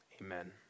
Amen